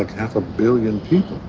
half a billion